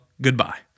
goodbye